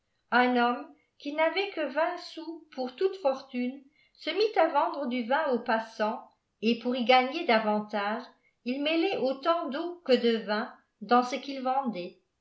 un homme qui n'avait que vingt sous pour toute fortune se mit à vendre du vin aux passants et pour y gagner davantage il mêlait autant d'eau que de vin dans ce qu'il vendait